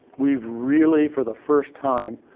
we've really, for the first time,